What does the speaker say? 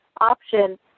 option